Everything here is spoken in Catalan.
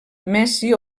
messi